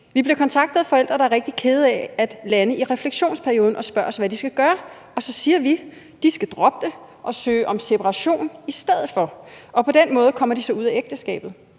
»Vi bliver kontaktet af forældre, der er rigtig kede af at lande i refleksionsperioden og spørger os, hvad de skal gøre. Og så siger vi, at de skal droppe det og søge om separation i stedet for. Og på den måde kommer de så ud af ægteskabet«.